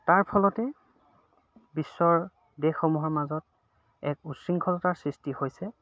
তাৰ ফলতে বিশ্বৰ দেশসমূহৰ মাজত এক উশৃংখলতাৰ সৃষ্টি হৈছে